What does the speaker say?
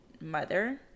mother